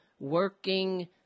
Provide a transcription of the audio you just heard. working